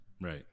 Right